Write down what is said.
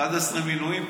11 מינויים.